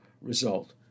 result